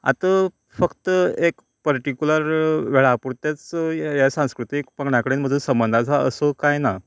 आतां फक्त एक परटीकुलर वेळा पुरतेच ह्या सांस्कृतीक पंगडा कडेन म्हाजो संबंद आसा असो कांय ना